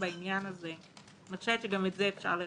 בעניין הזה אני חושבת שגם את זה אפשר לרפא.